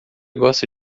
gosta